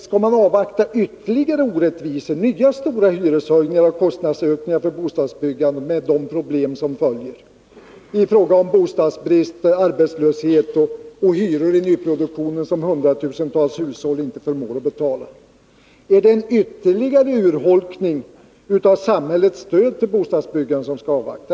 Skall regeringen avvakta ytterligare orättvisor, nya stora prishöjningar och kostnadsökningar för bostadsbyggandet med de problem som följer i form av bostadsbrist, arbetslöshet och hyror i nyproduktionen som hundratusentals hushåll inte förmår att betala? Är det en ytterligare urholkning av samhällets stöd till bostadsbyggandet som skall avvaktas?